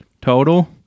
total